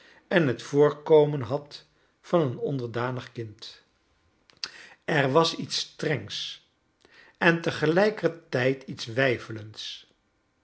en het voorkomen had van een onderdauig kind charles dickens er was iets strengs en tegelijkertijd iets weifelends